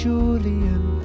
Julian